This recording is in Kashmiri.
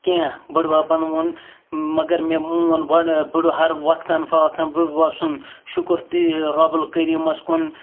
کینٛہہ بٔڈۍ بَبَن ووٚن مگر مےٚ مون ہر وقتاً فوقتاً بڈۍ بَب سُنٛد شُکُر تہِ رۄبُ الکریٖمَس کُن